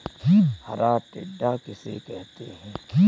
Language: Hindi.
हरा टिड्डा किसे कहते हैं?